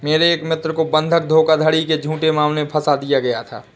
मेरे एक मित्र को बंधक धोखाधड़ी के झूठे मामले में फसा दिया गया था